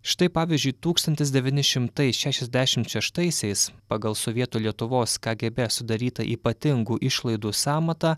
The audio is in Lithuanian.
štai pavyzdžiui tūkstantis devyni šimtai šešiasdešimt šeštaisiais pagal sovietų lietuvos kgb sudarytą ypatingų išlaidų sąmatą